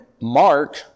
Mark